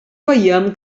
veiem